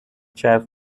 چرخ